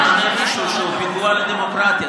ממנה מישהו שהוא פיגוע לדמוקרטיה.